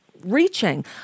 reaching